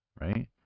right